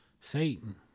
Satan